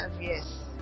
yes